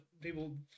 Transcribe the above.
people